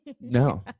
No